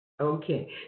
Okay